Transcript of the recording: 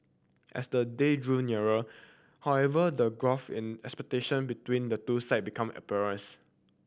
as the date drew nearer however the gulf in expectation between the two side become